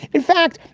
in fact,